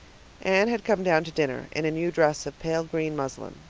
anne had come down to dinner in a new dress of pale green muslin.